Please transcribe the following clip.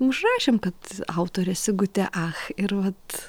užrašėm kad autorė sigutė ach ir vat